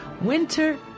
Winter